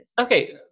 okay